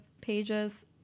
pages